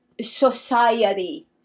society